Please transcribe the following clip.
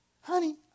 honey